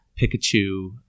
Pikachu